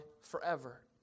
forever